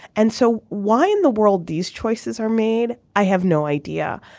and so why in the world these choices are made. i have no idea.